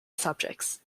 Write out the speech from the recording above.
subjects